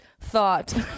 thought